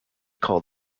call